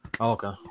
Okay